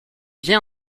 via